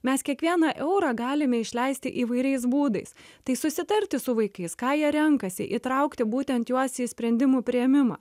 mes kiekvieną eurą galime išleisti įvairiais būdais tai susitarti su vaikais ką jie renkasi įtraukti būtent juos į sprendimų priėmimą